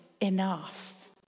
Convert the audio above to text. enough